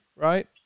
right